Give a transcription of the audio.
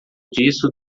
disso